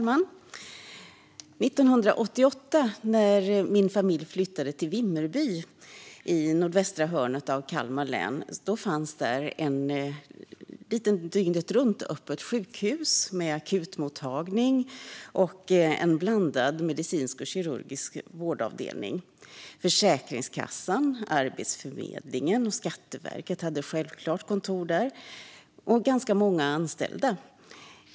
Fru talman! När min familj 1988 flyttade till Vimmerby i nordvästra hörnet av Kalmar län fanns där ett litet dygnetruntöppet sjukhus med akutmottagning och en blandad medicinsk och kirurgisk vårdavdelning. Försäkringskassan, Arbetsförmedlingen och Skatteverket hade självklart kontor där och ganska många anställda.